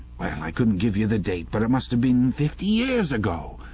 i couldn't give you the date, but it must'a been fifty years ago.